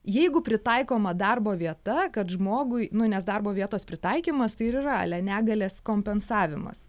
jeigu pritaikoma darbo vieta kad žmogui nu nes darbo vietos pritaikymas tai ir yra ale negalės kompensavimas